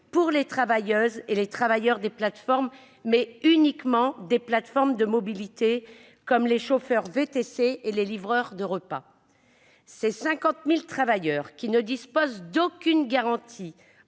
pour les travailleuses et les travailleurs des plateformes, mais uniquement des plateformes de mobilité, comme les chauffeurs VTC et les livreurs de repas. Ces 50 000 travailleurs, qui ne disposent d'aucune garantie